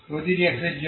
প্রতিটি x এর জন্য